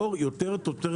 עצמן,